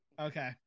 Okay